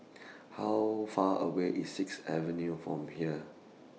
How Far away IS Sixth Avenue from here